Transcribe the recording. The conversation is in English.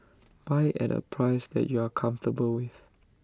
buy at A price that you are comfortable with